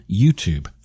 YouTube